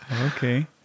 Okay